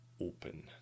open